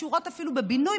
שקשורות אפילו בבינוי,